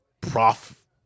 prof